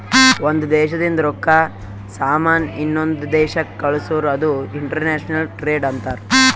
ಒಂದ್ ದೇಶದಿಂದ್ ರೊಕ್ಕಾ, ಸಾಮಾನ್ ಇನ್ನೊಂದು ದೇಶಕ್ ಕಳ್ಸುರ್ ಅದು ಇಂಟರ್ನ್ಯಾಷನಲ್ ಟ್ರೇಡ್ ಅಂತಾರ್